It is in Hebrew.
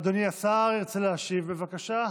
אדוני השר ירצה להשיב, בבקשה.